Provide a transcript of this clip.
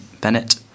Bennett